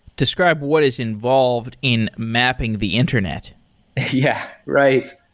describe what is involved in mapping the internet yeah, right.